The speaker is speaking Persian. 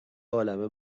عالمه